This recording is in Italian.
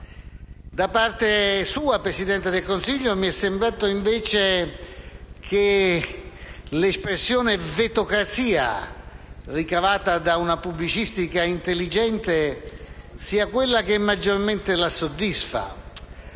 Da parte sua, signor Presidente del Consiglio, mi è sembrato invece che l'espressione «vetocrazia», ricavata da una pubblicistica intelligente, sia quella che maggiormente la soddisfa,